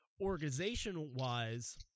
organization-wise